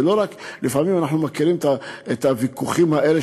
לפעמים אנחנו מכירים את הוויכוחים האלה,